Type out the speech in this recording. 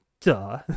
Duh